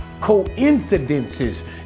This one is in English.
coincidences